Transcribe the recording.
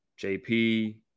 JP